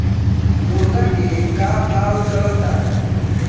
मुर्गा के का भाव चलता?